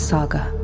Saga